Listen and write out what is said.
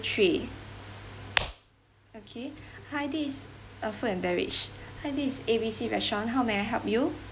three okay hi this is uh food and beverage hi this is A B C restaurant how may I help you